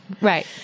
right